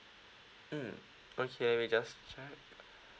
mm okay I will just check